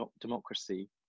democracy